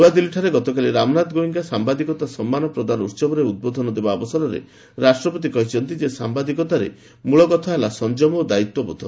ନ୍ନଆଦିଲ୍ଲୀଠାରେ ଗତକାଲି ରାମନାଥ ଗୋଏଙ୍କା ସାମ୍ବାଦିକତା ସମ୍ମାନ ପ୍ରଦାନ ଉହବରେ ଉଦ୍ବୋଧନ ଦେବା ଅବସରରେ ରାଷ୍ଟ୍ରପତି କହିଛନ୍ତି ଯେ ସାମ୍ବାଦିକତାରେ ମୂଳ କଥା ହେଲା ସଂଯମ ଓ ଦାୟିତ୍ୱବୋଧ